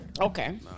Okay